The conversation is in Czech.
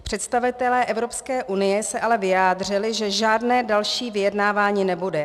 Představitelé Evropské unie se ale vyjádřili, že žádné další vyjednávání nebude.